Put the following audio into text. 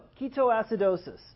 ketoacidosis